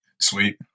Sweet